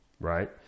Right